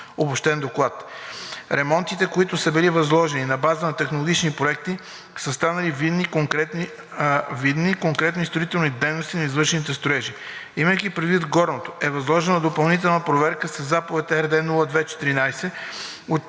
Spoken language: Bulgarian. обобщен доклад. Ремонтите, които са били възложени на база на технологични проекти, са станали видни и конкретни строителни дейности на извършените строежи. Имайки предвид горното, е възложена допълнителна проверка със заповед № РД 0214-10-83